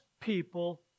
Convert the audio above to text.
people